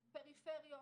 בפריפריות,